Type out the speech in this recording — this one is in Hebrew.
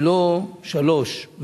3. אם לא, מדוע?